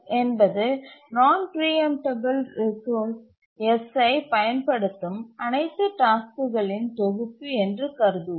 என்பது நான் preemptable resource Sஐ பயன்படுத்தும் அனைத்து டாஸ்க்குகளின் தொகுப்பு என்று கருதுவோம்